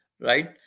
right